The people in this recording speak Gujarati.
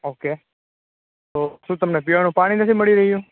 ઓકે તો શુ તમને પીવાનું પાણી નથી મળી રહ્યું